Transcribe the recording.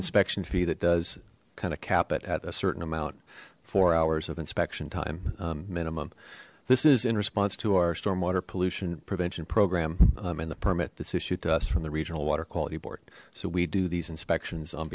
inspection fee that does kind of cap it at a certain amount four hours of inspection time minimum this is in response to our stormwater pollution prevention program in the permit that's issued to us from the regional water quality board so we do these inspections on